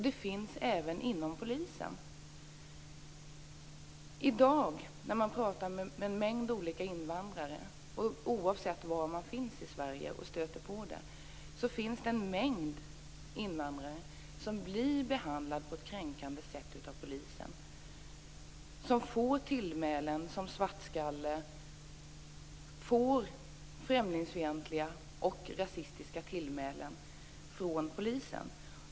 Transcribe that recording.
Den finns även inom polisen. I dag finns det, när man pratar med invandrare oavsett var man finns i Sverige och stöter på detta, en mängd invandrare som blir behandlade på ett kränkande sätt av polisen. De får höra tillmälen som "svartskalle". De får främlingsfientliga och rasistiska tillmälen från polisen.